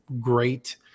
great